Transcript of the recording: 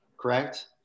correct